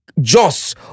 Joss